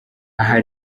aha